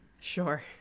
Sure